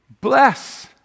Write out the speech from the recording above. Bless